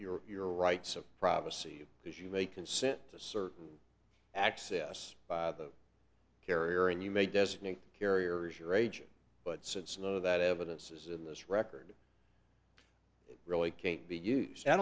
your your rights of privacy as you may consent to search access by the carrier and you may designate carriers your age but since you know that evidence is in this record really can't be used i